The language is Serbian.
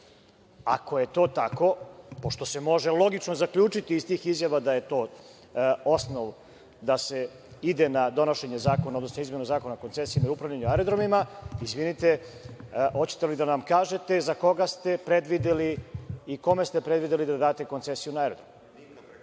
je to tako, pošto se može logično zaključiti iz tih izjava da je to osnov da se ide na donošenje zakona, odnosno izmenu Zakona o koncesiji i upravljanju aerodromima, izvinite, hoćete li da nam kažete za koga ste predvideli i kome ste predvideli da date koncesiju na aerodrom?